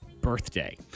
birthday